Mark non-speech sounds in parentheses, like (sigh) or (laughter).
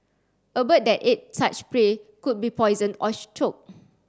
a bird that ate such prey could be poisoned or (unintelligible) choke